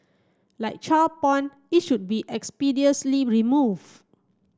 like child porn it should be expeditiously removed